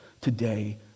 today